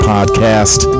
Podcast